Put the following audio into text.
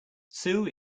sue